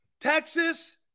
Texas